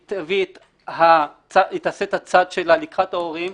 היא תעשה את הצד שלה לקראת ההורים,